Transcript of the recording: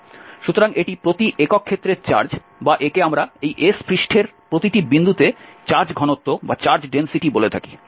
সুতরাং এটি প্রতি একক ক্ষেত্রের চার্জ বা একে আমরা এই S পৃষ্ঠের প্রতিটি বিন্দুতে চার্জ ঘনত্ব বলে থাকি